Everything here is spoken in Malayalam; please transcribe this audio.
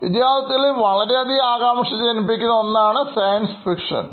വിദ്യാർഥികൾക്ക് വളരെയധികം ആകാംക്ഷ ജനിപ്പിക്കുന്ന ഒന്നാണ് സയൻസ് ഫിക്ഷൻ